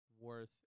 worth